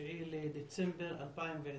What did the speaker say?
ה-9 בדצמבר 2020,